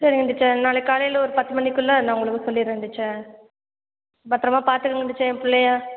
சரிங்க டீச்சர் நாளைக்கு காலையில் ஒரு பத்து மணிக்குள்ளே நான் உங்களுக்கு சொல்லிடுறேன் டீச்சர் பத்திரமா பார்த்துக்கோங்க டீச்சர் என் பிள்ளைய